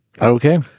Okay